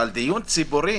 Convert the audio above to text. אבל דיון ציבורי